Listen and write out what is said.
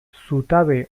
zutabe